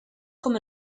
com